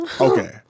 Okay